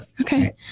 Okay